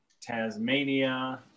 Tasmania